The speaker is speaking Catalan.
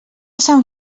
sant